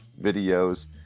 videos